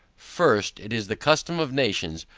first it is the custom of nations,